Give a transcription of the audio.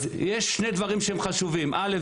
אז יש שני דברים שהם חשובים: א',